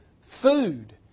food